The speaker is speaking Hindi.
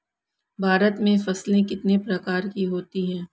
भारत में फसलें कितने प्रकार की होती हैं?